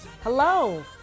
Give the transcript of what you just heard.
Hello